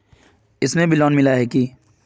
इसमें भी लोन मिला है की